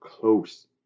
close